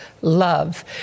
love